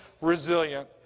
resilient